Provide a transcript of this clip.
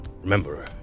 Remember